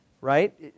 right